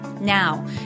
Now